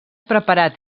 preparat